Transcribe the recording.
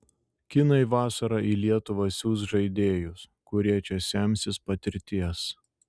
kinai vasarą į lietuvą siųs žaidėjus kurie čia semsis patirties